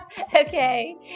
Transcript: Okay